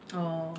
oh